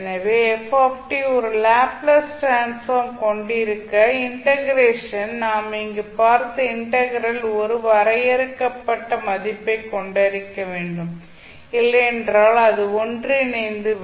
எனவே f ஒரு Laplace transform கொண்டிருக்க இண்டெக்ரேஷன் நாம் இங்கு பார்த்த இண்டெக்ரெல் ஒரு வரையறுக்கப்பட்ட மதிப்பைக் கொண்டிருக்க வேண்டும் இல்லையென்றால் அது ஒன்றிணைந்து விடும்